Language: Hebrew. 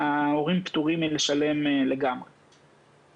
ההורים פטורים לגמרי מתשלום.